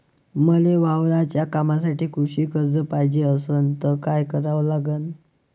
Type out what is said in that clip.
मले वावराच्या कामासाठी कृषी कर्ज पायजे असनं त काय कराव लागन?